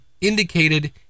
indicated